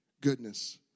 goodness